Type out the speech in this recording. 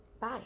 Bye